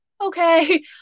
okay